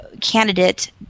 candidate